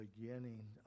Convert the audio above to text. beginning